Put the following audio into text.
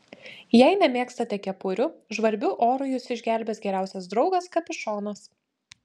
jei nemėgstate kepurių žvarbiu oru jus išgelbės geriausias draugas kapišonas